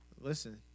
Listen